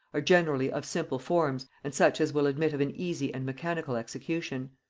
are generally of simple forms and such as will admit of an easy and mechanical execution.